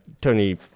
Tony